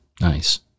Nice